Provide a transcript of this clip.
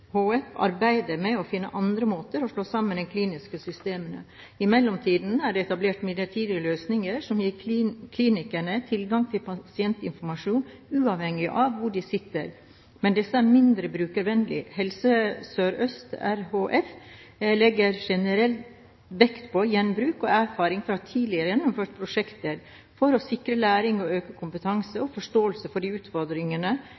HF arbeider med å finne andre måter å slå sammen de kliniske systemene. I mellomtiden er det etablert midlertidige løsninger som gir klinikere tilgang til pasientinformasjon uavhengig av hvor de sitter, men disse er mindre brukervennlige. Helse Sør-Øst RHF legger generelt vekt på gjenbruk og erfaringer fra tidligere gjennomførte prosjekter, for å sikre læring og økt kompetanse